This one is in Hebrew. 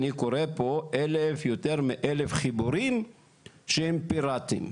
אני קורא פה יותר מ-1,000 חיבורים שהם פיראטיים,